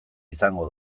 izango